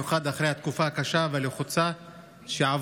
במיוחד אחרי התקופה הקשה והלחוצה שעברנו.